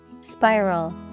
Spiral